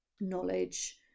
knowledge